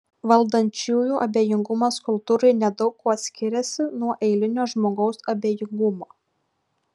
valdančiųjų abejingumas kultūrai nedaug kuo skiriasi nuo eilinio žmogaus abejingumo